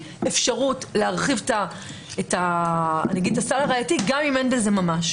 כאפשרות להרחיב את הסל הראייתי גם אם אין בזה ממש.